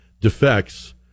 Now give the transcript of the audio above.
defects